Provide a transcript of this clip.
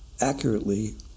accurately